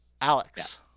Alex